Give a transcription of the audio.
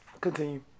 Continue